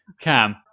cam